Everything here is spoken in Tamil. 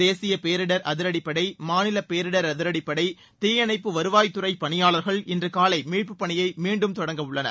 தேசிய பேரிடர் அதிரடிப்படை மாநில பேரிடர் அதிரடிப்படை தீயணைப்பு வருவாய் துறைப் பணியாளர்கள் இன்று காலை மீட்பு பணியை மீண்டும் தொடங்க உள்ளனர்